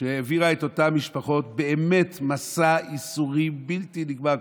שהעבירה את אותן משפחות מסע ייסורים בלתי נגמר,